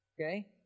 Okay